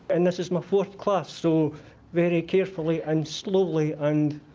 and this is my fourth class, so very carefully and slowly and